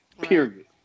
period